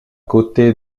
côté